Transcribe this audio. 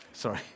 Sorry